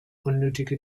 unnötige